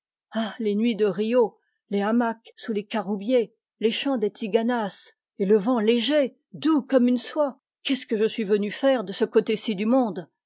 ah les nuits de rio les hamacs sous les caroubiers les chants des tziganas et le vent léger doux comme une soie qu'est-ce que je suis venu faire de ce côté-ci du monde